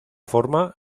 forma